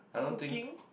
cooking